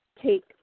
take